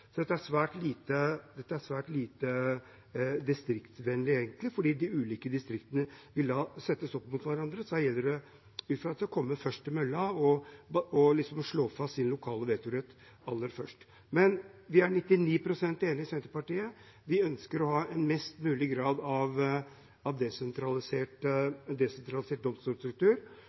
svært lite distriktsvennlig, for når de ulike distriktene settes opp mot hverandre, gjelder det å komme først til mølla og slå fast sin lokale vetorett aller først. Vi er 99 pst. enig med Senterpartiet. Vi ønsker å ha størst mulig grad av desentralisert domstolstruktur,